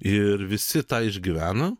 ir visi tą išgyvena